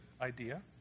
idea